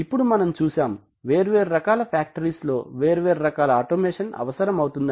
ఇప్పుడు మనం చూశాం వేర్వేరు రకాల ఫ్యాక్టరీస్ లో వేర్వేరు రకాల ఆటోమేషన్ అవసరమవుతుందని